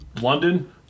London